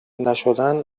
نشدن